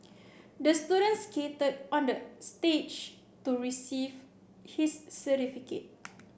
the student skated on the stage to receive his certificate